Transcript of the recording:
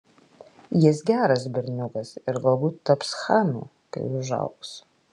jis geras berniukas ir galbūt taps chanu kai užaugs